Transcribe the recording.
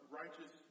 righteous